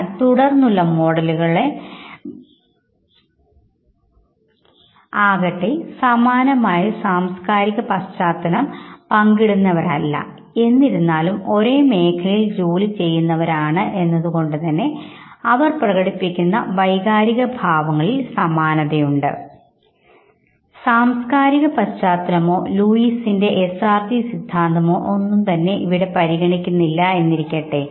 എന്നാൽ തുടർന്നുള്ള മോഡലുകളുടെ വീഡിയോ ചിത്രങ്ങളിൽ അവർ സമാനമായ സാംസ്കാരിക പശ്ചാത്തലം പങ്കിടുന്നവരല്ല എന്നിരുന്നാലും ഒരേ മേഖലയിൽ ജോലി ചെയ്യുന്നവരാണ് എന്നതുകൊണ്ടുതന്നെ അവർ പ്രകടിപ്പിക്കുന്ന വൈകാരിക ഭാവങ്ങളിൽ സമാനത ഉണ്ടാകുന്നുണ്ട് സാംസ്കാരിക പശ്ചാത്തലമോ ലൂയിസിന്റെ എസ് ആർ ജി സിദ്ധാന്തമോ ഇവിടെ പരിഗണിക്കുന്നില്ല എന്നിരിക്കട്ടെ